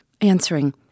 answering